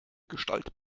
gestalt